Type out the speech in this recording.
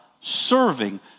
serving